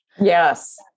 Yes